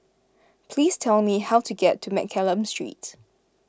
please tell me how to get to Mccallum Street